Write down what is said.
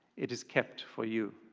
it is kept for you.